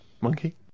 Monkey